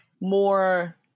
more